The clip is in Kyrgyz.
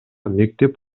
мектеп